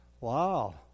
wow